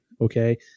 okay